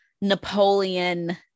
napoleon